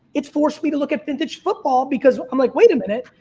it's forced me to look at vintage football because i'm like, wait a minute,